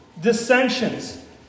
dissensions